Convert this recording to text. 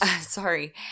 sorry